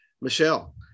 Michelle